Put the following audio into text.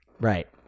Right